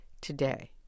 today